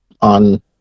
on